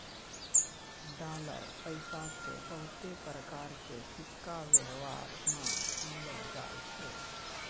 dollar पैसा के बहुते प्रकार के सिक्का वेवहार मे आनलो जाय छै